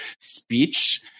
speech